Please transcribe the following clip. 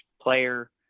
player